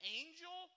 angel